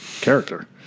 character